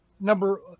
number